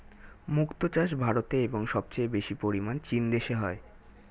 মুক্ত চাষ ভারতে এবং সবচেয়ে বেশি পরিমাণ চীন দেশে হয়